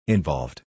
Involved